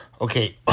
Okay